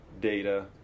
data